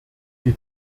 die